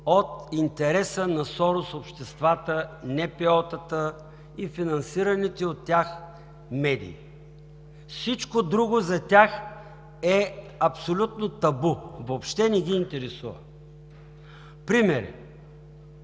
от интереса на Сорос обществата, НПО-тата и финансираните от тях медии. Всичко друго за тях е абсолютно табу, въобще не ги интересува. Примери: